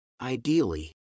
ideally